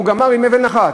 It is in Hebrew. והוא גמר עם אבן אחת,